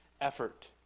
effort